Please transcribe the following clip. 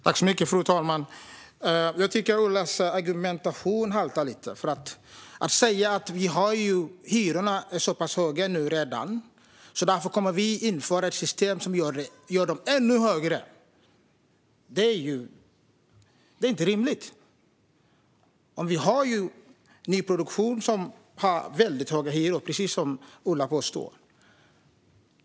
Fru talman! Jag tycker att Olas argumentation haltar lite. Att säga att eftersom hyrorna redan är så höga kommer vi att införa ett system som gör dem ännu högre är inte rimligt. Vi har nyproduktion med väldigt höga hyror, precis som Ola säger.